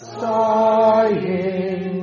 sighing